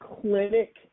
clinic